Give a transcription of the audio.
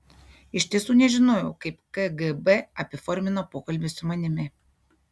iš tiesų nežinojau kaip kgb apiformino pokalbį su manimi